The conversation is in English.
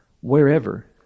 wherever